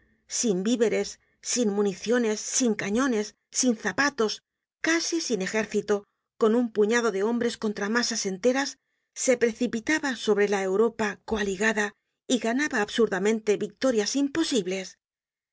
sin víveres sin municiones sin cañones sin zapatos casi sin ejército con un puñado de hombres contra masas enteras se precipitaba sobre la europa coaligada y ganaba absurdamente victorias imposibles